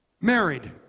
married